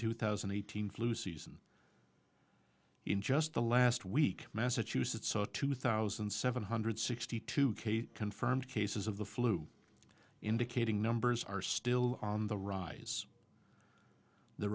two thousand eight hundred flu season in just the last week massachusetts saw two thousand seven hundred sixty two case confirmed cases of the flu indicating numbers are still on the rise the